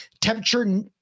temperature